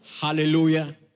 Hallelujah